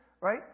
right